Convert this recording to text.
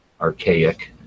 archaic